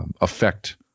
affect